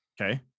Okay